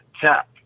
tap